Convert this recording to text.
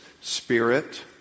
Spirit